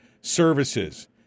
services